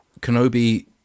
Kenobi